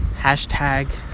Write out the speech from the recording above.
Hashtag